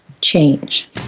Change